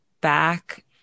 back